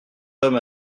homme